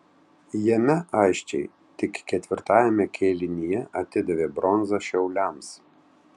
jame aisčiai tik ketvirtajame kėlinyje atidavė bronzą šiauliams